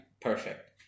perfect